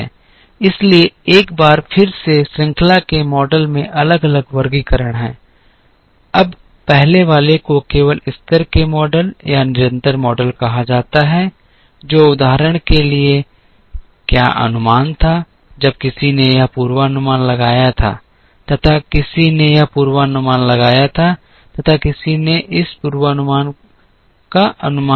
इसलिए एक बार फिर से श्रृंखला के मॉडल में अलग अलग वर्गीकरण हैं अब पहले वाले को केवल स्तर के मॉडल या निरंतर मॉडल कहा जाता है जो उदाहरण के लिए क्या अनुमान था जब किसी ने यह पूर्वानुमान लगाया था तथा किसी ने यह पूर्वानुमान लगाया तथा किसी ने इस पूर्वानुमान का अनुमान लगाया